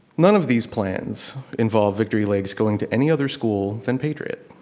none of these plans involve victory lakes going to any other school then patriot.